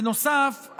בנוסף,